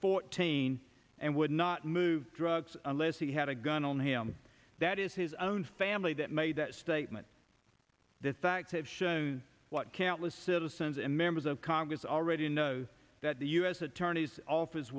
fourteen and would not move drugs unless he had a gun on him that is his own family that made that statement that facts have shown what kant was citizens and members of congress already know that the us attorney's office